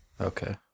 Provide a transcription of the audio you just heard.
Okay